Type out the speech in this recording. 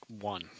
one